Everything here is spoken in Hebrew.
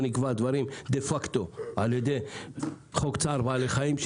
נקבע דברים דה-פקטו על-ידי חוק צער בעלי חיים.